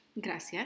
gracias